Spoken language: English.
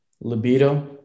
libido